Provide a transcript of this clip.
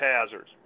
hazards